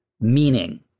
meaning